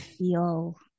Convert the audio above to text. feel